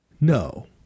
No